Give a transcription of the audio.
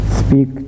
speak